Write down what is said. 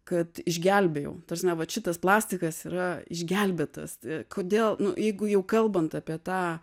kad išgelbėjau ta prasme vat šitas plastikas yra išgelbėtas kodėl nu jeigu jau kalbant apie tą